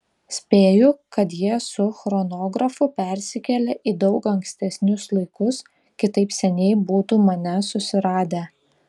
spėju kad jie su chronografu persikėlė į daug ankstesnius laikus kitaip seniai būtų mane susiradę